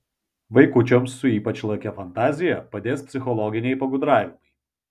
vaikučiams su ypač lakia fantazija padės psichologiniai pagudravimai